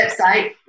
website